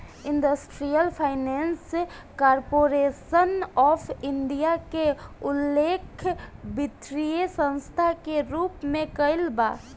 industrial finance corporation of India के उल्लेख वित्तीय संस्था के रूप में कईल बा